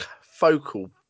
focal